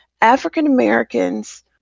African-Americans